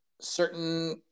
certain